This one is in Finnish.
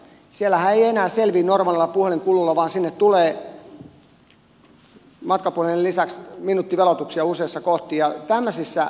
siellähän ei enää selviä normaalilla puhelinkuluilla vaan sinne tulee matkapuhelimen lisäksi minuuttiveloituksia useassa kohdin